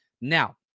Now